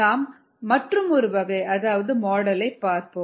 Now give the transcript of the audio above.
நாம் மற்றும் ஒரு வகை அதாவது மாடலை பார்ப்போம்